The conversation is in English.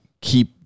keep